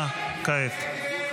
9 כעת.